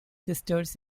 sisters